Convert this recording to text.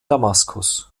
damaskus